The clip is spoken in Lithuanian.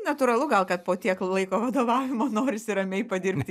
natūralu gal kad po tiek laiko vadovavimo norisi ramiai padirbti